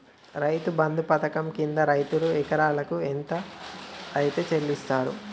రైతు బంధు పథకం కింద రైతుకు ఎకరాకు ఎంత అత్తే చెల్లిస్తరు?